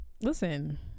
Listen